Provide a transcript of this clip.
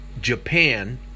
Japan